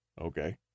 Okay